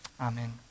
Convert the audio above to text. Amen